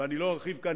ואני לא ארחיב כאן,